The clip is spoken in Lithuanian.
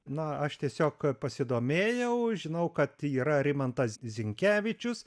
na aš tiesiog pasidomėjau žinau kad yra rimantas zinkevičius